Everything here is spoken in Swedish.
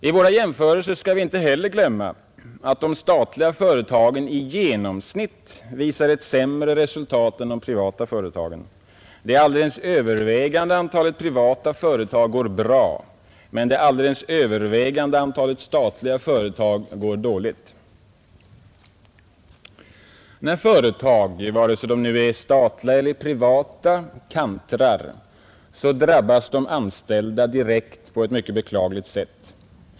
I våra jämförelser skall vi inte heller glömma att de statliga företagen i genomsnitt visar ett sämre resultat än de privata företagen. Det alldeles övervägande antalet privata företag går bra. Men det alldeles övervägande antalet statliga företag går dåligt. När företag, vare sig de är statliga eller privata, kantrar drabbas de anställda direkt på ett mycket beklagligt sätt.